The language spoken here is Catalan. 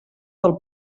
del